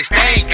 Stay